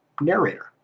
narrator